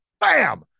Bam